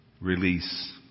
release